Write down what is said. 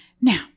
Now